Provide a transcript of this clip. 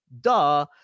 duh